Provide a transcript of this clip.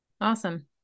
Awesome